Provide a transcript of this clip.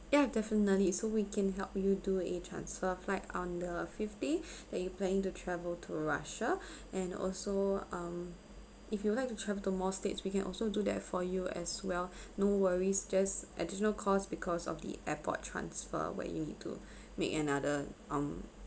yeah definitely so we can help you do a transfer flight on the fifth day that you planning to travel to russia and also um if you would like to travel to more states we can also do that for you as well no worries just additional cost because of the airport transfer where you need to make another um